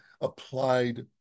applied